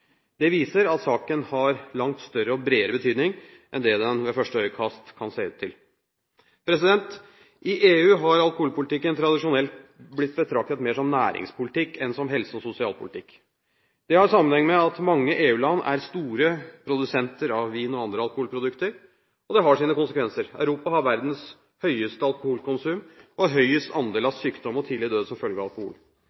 Det viser at saken har langt større og bredere betydning enn det den ved første øyekast kan se ut til. I EU har alkoholpolitikken tradisjonelt blitt betraktet mer som næringspolitikk enn som helse- og sosialpolitikk. Det har sammenheng med at mange EU-land er store produsenter av vin og andre alkoholprodukter. Dette har sine konsekvenser. Europa har verdens høyeste alkoholkonsum og høyest andel av